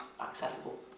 accessible